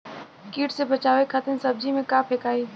कीट से बचावे खातिन सब्जी में का फेकाई?